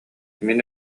мин